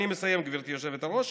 אני מסיים, גברתי היושבת-ראש.